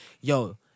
Yo